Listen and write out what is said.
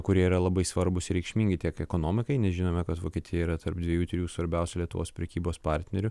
kurie yra labai svarbūs reikšmingi tiek ekonomikai nes žinome kad vokietija yra tarp dviejų trijų svarbiausių lietuvos prekybos partnerių